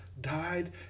died